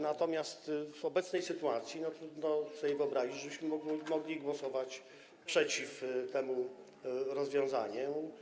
Natomiast w obecnej sytuacji trudno sobie wyobrazić, żebyśmy mogli głosować przeciw temu rozwiązaniu.